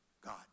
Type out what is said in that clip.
God